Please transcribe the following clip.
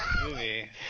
movie